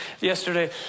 yesterday